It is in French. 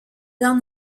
dans